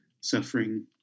suffering